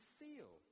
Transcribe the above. feel